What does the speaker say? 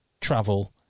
Travel